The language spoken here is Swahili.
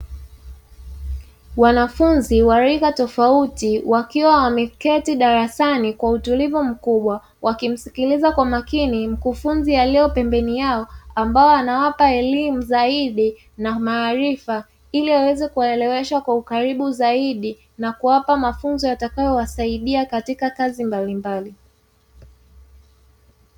Wanafunzi wa rika tofauti wakiwa wameketi darasani kwa utulivu mkubwa. Wakimsikiliza kwa makini mkufunzi aliye pembeni yao, ambaye anawapa elimu na maarifa ili aweze kuwaelimisha kwa ukaribu zaidi, na kuwapa mafunzo yatakayo wasaidia katika kazi mbalimbali.